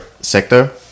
sector